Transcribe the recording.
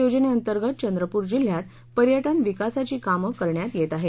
योजनेअंतर्गत चंद्रपूर जिल्ह्यात पर्यटन विकासाची कामे करण्यात येत आहेत